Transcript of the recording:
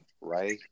right